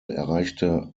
erreichte